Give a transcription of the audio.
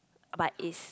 but it's